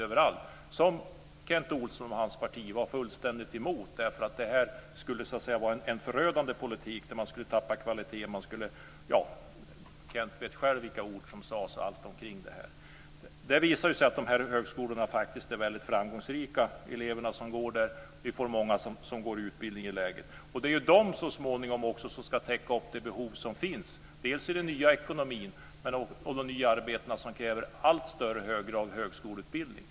Det var Kent Olsson och hans parti fullständigt emot och sade att det skulle vara en förödande politik där man skulle tappa kvalitet. Kent Olsson vet själv vilka ord som sades om detta. Det har visat sig att de här högskolorna är väldigt framgångsrika. Vi har fått många som går utbildningar där. Det är de som så småningom ska täcka upp de behov som finns i den nya ekonomin och i de nya arbeten som kräver allt högre grad av högskoleutbildning.